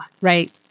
Right